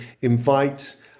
invite